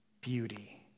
beauty